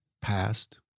past